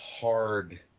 hard